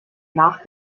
nach